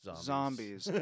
Zombies